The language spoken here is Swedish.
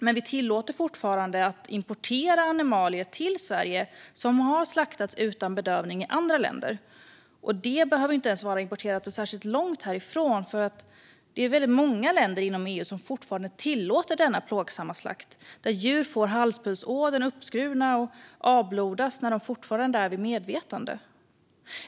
Men vi tillåter fortfarande import av animalier till Sverige från djur som slaktats utan bedövning i andra länder. Det behöver inte ens vara importerat från särskilt långt härifrån, då väldigt många länder inom EU fortfarande tillåter denna plågsamma slakt där djur får halspulsådern uppskuren och avblodas när de fortfarande är vid medvetande.